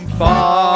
far